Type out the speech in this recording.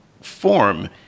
form